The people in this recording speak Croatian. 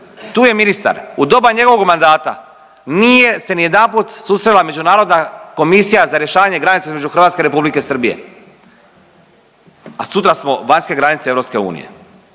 Tu je ministar, u doba njegovog mandata nije se nijedanput susrela međunarodna komisija za rješavanje granica između Hrvatske i Republike Srbije, a sutra smo vanjske granice EU.